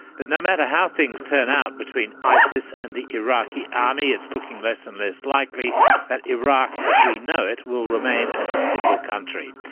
but no matter how things turn out between isis and the iraqi army, it's looking less and less likely that iraq as we know it will remain as a single country.